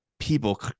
people